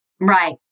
Right